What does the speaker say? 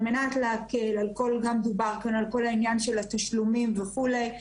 על מנת להקל דובר כאן על כל העניין של התשלומים וכולי,